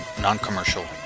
Non-Commercial